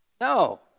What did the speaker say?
No